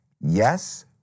Yes